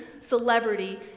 celebrity